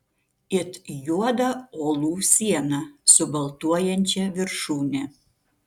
it juodą uolų sieną su baltuojančia viršūne